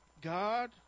God